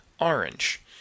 orange